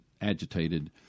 agitated